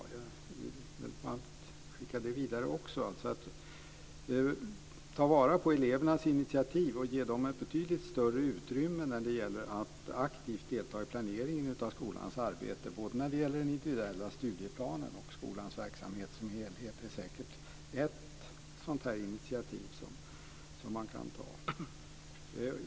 Jag vill skicka vidare att man ska ta vara på elevernas initiativ och ge dem ett betydligt större utrymme när det gäller att aktivt delta i planeringen av skolans arbete både när det gäller den individuella studieplanen och skolans verksamhet som helhet. Det är säkert ett sådant initiativ som man kan ta.